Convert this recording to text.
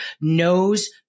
knows